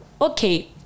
okay